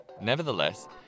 Nevertheless